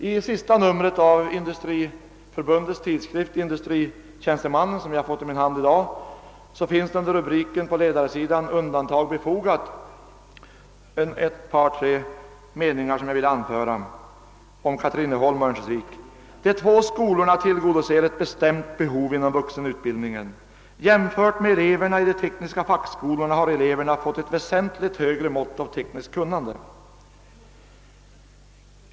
I senaste numret av Industritjänstemannaförbundets tidskrift Industritjänstemannen, som jag fått i min hand i dag, finns på ledarsidan under rubriken »Undantag befogat!» några meningar om skolorna i Katrineholm och Örnsköldsvik som jag vill citera: »De två skolorna tillgodoser ett bestämt behov inom vuxenutbildningen. Jämfört med eleverna i de tekniska fackskolorna har eleverna fått ett väsentligt högre mått av tekniskt kunnande.